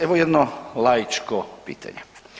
Evo jedno laičko pitanje.